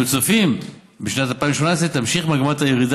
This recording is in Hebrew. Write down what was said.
אנחנו צופים כי בשנת 2018 תמשיך מגמת הירידה